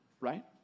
Right